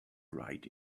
ride